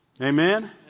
Amen